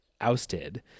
ousted